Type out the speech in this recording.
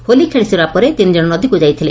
ହୋଲି ଖେଳିସାରିବା ପରେ ତିନିଜଶ ନଦୀକୁ ଯାଇଥିଲେ